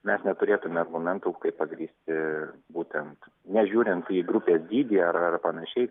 mes neturėtume argumentų kaip pagrįsti būtent nežiūrint į grupės dydį ar ar panašiai